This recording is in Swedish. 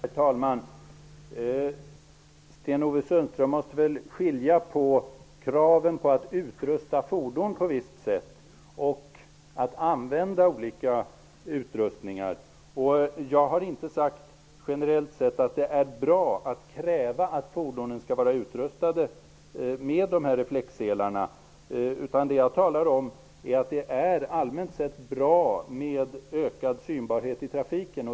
Herr talman! Sten-Ove Sundström måste skilja på kraven på att utrusta fordon på ett visst sätt och på att använda olika utrustningar. Jag har inte sagt att det generellt sett är bra att kräva att fordonen skall vara utrustade med reflexselarna. Jag talade om att det allmänt sett är bra med ökad synbarhet i trafiken.